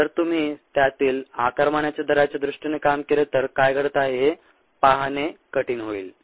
जर तुम्ही त्यातील आकारमानाच्या दराच्या दृष्टीने काम केले तर काय घडत आहे हे पाहणे कठीण होईल